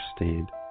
understand